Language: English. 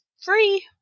free